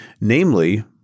Namely